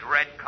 Red